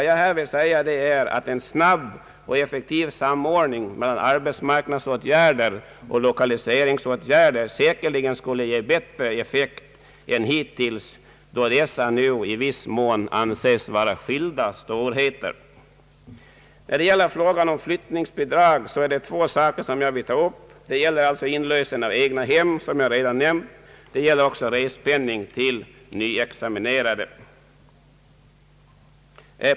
Jag vill här säga att en snabb och effektiv samordning mellan arbetsmarknadsåtgärder och lokaliseringsåtgärder säkerligen skulle ge bättre effekt än hittills, då dessa slag av åtgärder nu i viss mån anses vara skilda storheter. I fråga om flyttningsbidrag vill jag ta upp två saker. Det gäller inlösen av egnahem, som jag redan nämnt, och respenning till nyexaminerade.